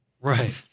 Right